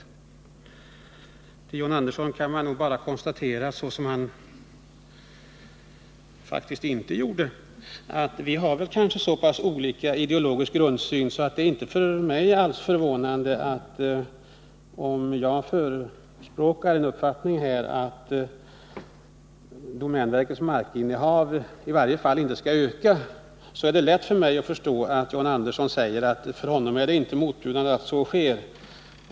Beträffande John Andersson kan jag bara konstatera — vilket han faktiskt inte gjorde - att vi har olika ideologisk grundsyn. Även om jag förespråkar en uppfattning att domänverkets markinnehav i varje fall inte skall öka, så är det lätt för mig att förstå att det för John Andersson inte är motbjudande att så sker.